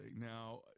Now